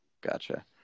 gotcha